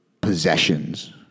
possessions